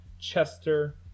Chester